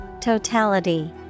Totality